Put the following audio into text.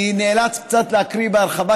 אני נאלץ קצת להקריא בהרחבה,